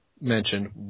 mentioned